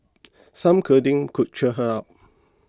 some cuddling could cheer her up